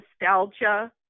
nostalgia